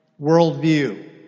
worldview